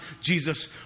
Jesus